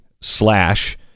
slash